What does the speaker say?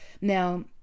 Now